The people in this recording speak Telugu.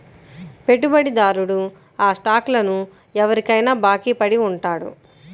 పెట్టుబడిదారుడు ఆ స్టాక్లను ఎవరికైనా బాకీ పడి ఉంటాడు